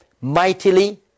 mightily